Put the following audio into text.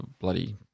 bloody